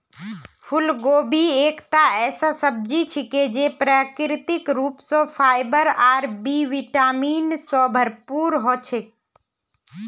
फूलगोभी एकता ऐसा सब्जी छिके जे प्राकृतिक रूप स फाइबर और बी विटामिन स भरपूर ह छेक